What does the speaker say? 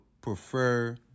prefer